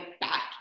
back